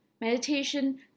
Meditation